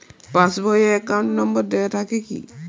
Pass book এ account number দেওয়া থাকে কি?